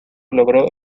logró